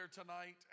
tonight